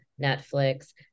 Netflix